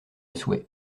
souhait